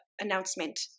announcement